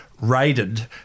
raided